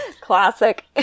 Classic